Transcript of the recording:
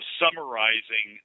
summarizing